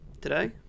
today